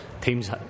Teams